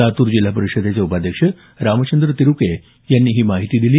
लातूर जिल्हा परिषदेचे उपाध्यक्ष रामचंद्र तिरुके यांनी ही माहिती दिली